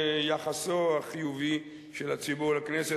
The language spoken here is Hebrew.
ליחסו החיובי של הציבור לכנסת.